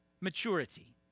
maturity